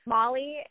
Molly